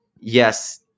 yes